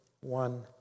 one